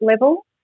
level